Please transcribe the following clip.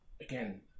again